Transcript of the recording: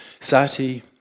Sati